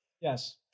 Yes